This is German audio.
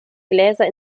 gläser